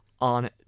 on